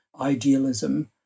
idealism